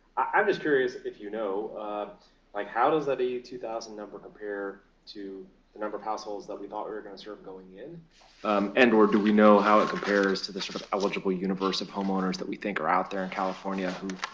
i'm just curious if you know like how does that eighty two thousand number compare to the number of households that we thought we were going to serve going in and or do we know how it compares to the sort of eligible universe of homeowners that we think are out there in california who